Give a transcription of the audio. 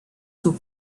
sus